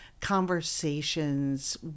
conversations